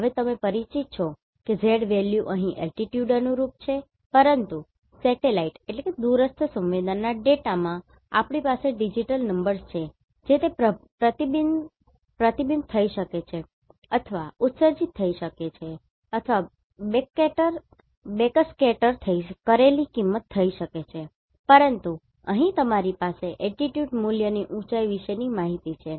હવે તમે પરિચિત છો કે Z વેલ્યુ અહીં Altitude અનુરૂપ છે પરંતુ સેટેલાઇટ Remote sensing દૂરસ્થ સંવેદના ડેટામાં આપણી પાસે ડિજિટલ નંબર્સ છે જે તે પ્રતિબિંબિત થઈ શકે છે અથવા ઉત્સર્જિત થઈ શકે છે અથવા બેકસ્કેટર કરેલી કિંમત થઈ શકે છે પરંતુ અહીં તમારી પાસે Altitude મૂલ્યની ઉંચાઈ વિશેની માહિતી છે